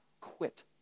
quit